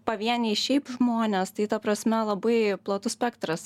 pavieniai šiaip žmonės tai ta prasme labai platus spektras